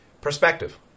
perspective